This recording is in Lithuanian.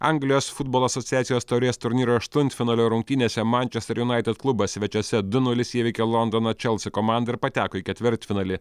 anglijos futbolo asociacijos taurės turnyro aštuntfinalio rungtynėse mančester junaited klubas svečiuose du nulis įveikė londono čelsi komandą ir pateko į ketvirtfinalį